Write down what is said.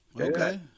Okay